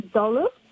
dollars